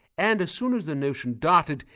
and as soon as the notion darted,